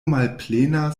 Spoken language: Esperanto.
malplena